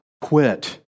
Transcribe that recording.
quit